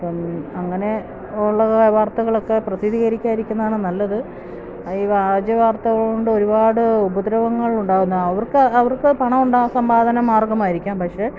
അപ്പം അങ്ങനെയുള്ള വാർത്തകളൊക്കെ പ്രസിദ്ധീകരിക്കാതിരിക്കുന്നതാണ് നല്ലത് ഈ വ്യാജ വാർത്തകൾ കൊണ്ട് ഒരുപാട് ഉപദ്രവങ്ങളുണ്ടാകുന്നു അവർക്ക് അവർക്കത് പണം സമ്പാദന മാർഗ്ഗമായിരിക്കാം പക്ഷെ